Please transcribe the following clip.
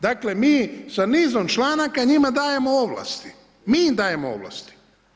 Dakle, mi sa nizom članaka njima dajemo ovlasti, mi im dajemo ovlasti.